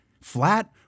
flat